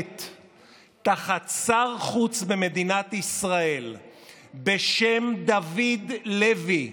תחת שר חוץ במדינת ישראל בשם דוד לוי.